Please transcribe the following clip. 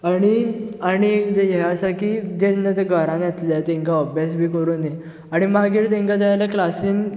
आनी आनी हे आसा की जेन्ना ते घरांन येतले तेंका अभ्यास बी करूनी आनी मागीर तेंका जाय जाल्यार क्लासींक